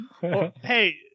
Hey